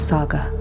Saga